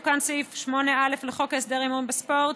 תוקן סעיף 8א לחוק להסדר ההימורים בספורט,